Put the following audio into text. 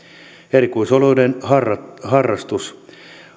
erikoisoluiden harrastus harrastus